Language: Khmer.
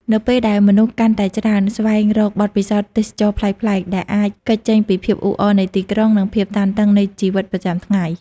នៅពេលដែលមនុស្សកាន់តែច្រើនស្វែងរកបទពិសោធន៍ទេសចរណ៍ប្លែកៗ ដែលអាចគេចចេញពីភាពអ៊ូអរនៃទីក្រុង និងភាពតានតឹងនៃជីវិតប្រចាំថ្ងៃ។